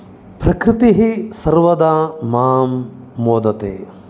प्रकृतिः सर्वदा माम् मोदते